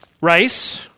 Rice